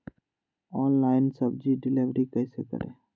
Online सब्जी deliver कैसे करें?